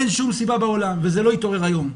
אין שום סיבה בעולם, וזה לא התעורר היום.